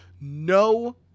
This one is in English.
No